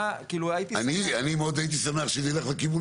אני מאוד הייתי שמח שנלך לכיוון